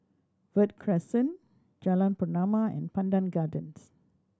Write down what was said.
Verde Crescent Jalan Pernama and Pandan Gardens